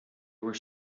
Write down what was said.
were